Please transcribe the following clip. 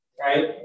right